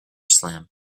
slam